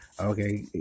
Okay